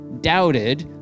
doubted